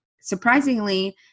surprisingly